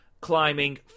climbing